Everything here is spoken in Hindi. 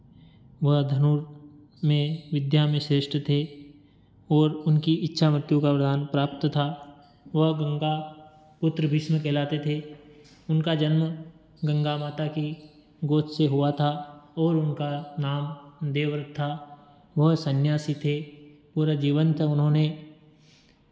वह धनुष में विद्या में श्रेष्ठ थे और उनकी इच्छा मृत्यु का वरदान प्राप्त था वह गंगा पुत्र भीष्म कहलाते थे उनका जन्म गंगा माता की गोद से हुआ था और उनका नाम देवव्रत था वह सन्यासी थे पूरा जीवन तक उन्होंने